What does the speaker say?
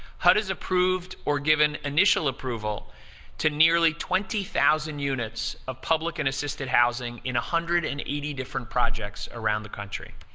hud has approved or given initial approval to nearly twenty thousand units of public and assisted housing in one hundred and eighty different projects around the country.